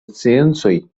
sciencoj